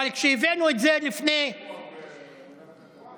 אבל כשהבאנו את זה לפני שבועיים,